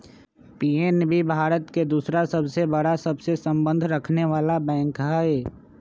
PNB Bharat के दूसरा सबसे बड़ा सबसे संबंध रखनेवाला बैंक हई